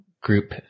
group